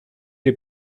les